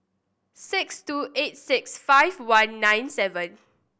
six two eight six five one nine seven